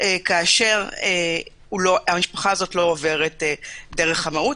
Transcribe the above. כאשר המשפחה הזו לא עוברת דרך המהו"ת.